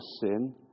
sin